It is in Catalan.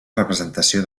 representació